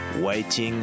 waiting